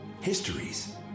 histories